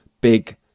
big